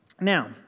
Now